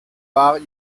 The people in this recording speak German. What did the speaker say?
war